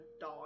die